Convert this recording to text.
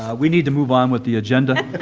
we need to move on with the agenda. it